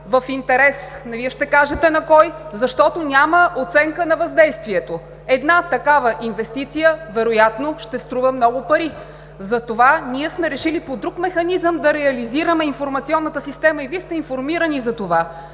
в интерес Вие ще кажете на кой, защото няма оценка на въздействието. Една такава инвестиция вероятно ще струва много пари. Затова ние сме решили по друг механизъм да реализираме информационната система и Вие сте информирани за това.